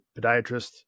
podiatrist